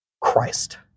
Christ